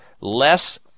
less